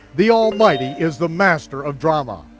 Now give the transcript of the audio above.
the almighty is the master of drama.